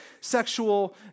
sexual